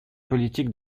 politique